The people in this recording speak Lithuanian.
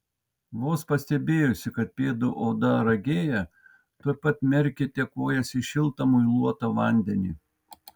vos pastebėjusi kad pėdų oda ragėja tuoj pat merkite kojas į šiltą muiluotą vandenį